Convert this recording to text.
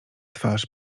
twarz